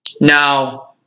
Now